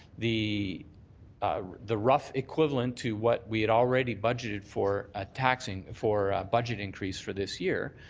the ah the rough equivalent to what we had already budgeted for, ah taxing for a budget increase for this year,